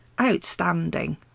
outstanding